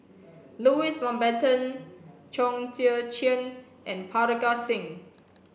Louis Mountbatten Chong Tze Chien and Parga Singh